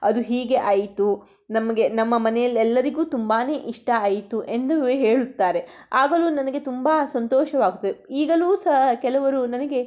ಅದು ಹೀಗೆ ಆಯಿತು ನಮಗೆ ನಮ್ಮ ಮನೆಯಲ್ಲಿ ಎಲ್ಲರಿಗೂ ತುಂಬಾ ಇಷ್ಟ ಆಯಿತು ಎಂದು ಹೇಳುತ್ತಾರೆ ಆಗಲೂ ನನಗೆ ತುಂಬಾ ಸಂತೋಷವಾಗುತ್ತೆ ಈಗಲೂ ಸಹ ಕೆಲವರು ನನಗೆ